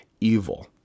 evil